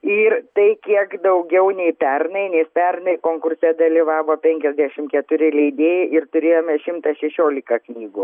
ir tai kiek daugiau nei pernai nes pernai konkurse dalyvavo penkiasdešimt keturi leidėjai ir turėjome šimtą šešiolika knygų